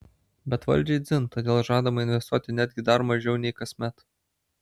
bet valdžiai dzin todėl žadama investuoti netgi dar mažiau nei kasmet